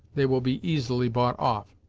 they will be easily bought off.